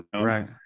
Right